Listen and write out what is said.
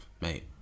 mate